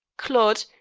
claude,